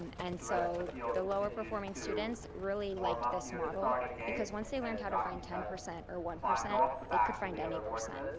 and and so the lower-performing students really liked this model because once they learned how to find ten percent or one, they could find any percent.